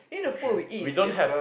dr~ we don't have